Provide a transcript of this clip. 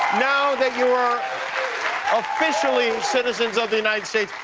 now that you are officially citizens of the united states,